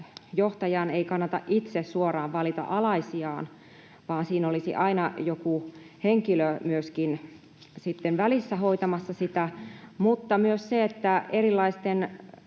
johtajan ei kannata itse suoraan valita alaisiaan, vaan siinä olisi aina joku henkilö myöskin sitten välissä hoitamassa sitä, mutta myös erilaisten